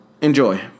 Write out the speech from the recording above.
enjoy